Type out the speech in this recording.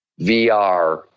VR